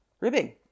ribbing